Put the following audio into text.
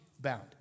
bound